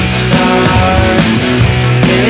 start